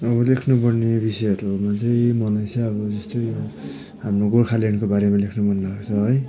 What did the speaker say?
अब लेख्नुपर्ने विषयहरूमा चाहिँ मलाई चाहिँ अब जस्तै हाम्रो गोर्खाल्यान्डको बारेमा लेख्नु मनलाग्छ है